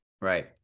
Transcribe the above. right